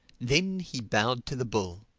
then he bowed to the bull.